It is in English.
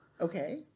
Okay